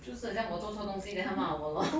就是好像我做错东西 then 他骂我咯